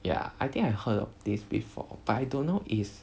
ya I think I heard of this before but I don't know is